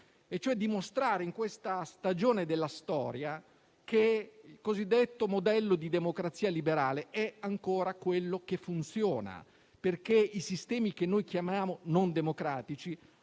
dimostrare, in questa stagione della storia, che il cosiddetto modello di democrazia liberale è ancora quello che funziona. Infatti, i sistemi che noi chiamiamo non democratici